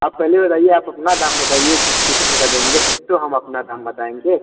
आप पहले बताइए आप अपना दाम बताइए कि कितने का देंगे तब तो हम अपना दाम बताएंगे